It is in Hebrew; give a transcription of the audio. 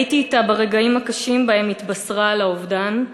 הייתי אתה ברגעים הקשים שבהם התבשרה על האובדן.